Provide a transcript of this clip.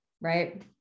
right